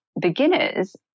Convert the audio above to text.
beginners